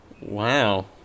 Wow